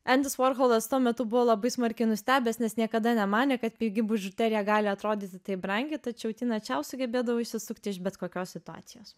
endis vorholas tuo metu buvo labai smarkiai nustebęs nes niekada nemanė kad pigi bižuterija gali atrodyti taip brangiai tačiau tina čiau sugebėdavo išsisukti iš bet kokios situacijos